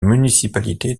municipalité